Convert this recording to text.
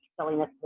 silliness